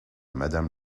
madame